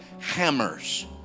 hammers